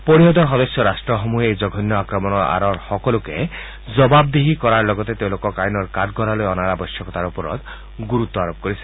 পৰিষদৰ সদস্য ৰাট্টসমূহে এই জঘন্য আক্ৰমণৰ আঁৰৰ সকলোকে জবাবদিহি কৰাৰ লগতে তেওঁলোকক আইনৰ কাঠগড়ালৈ অনাৰ আবশ্যকতাৰ ওপৰত গুৰুত্ব আৰোপ কৰিছে